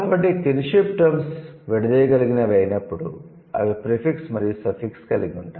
కాబట్టి 'kinship terms' విడదీయగలిగినవి అయినప్పుడు అవి ప్రీఫిక్స్ మరియు సఫిక్స్ కలిగి ఉంటాయి